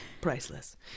Priceless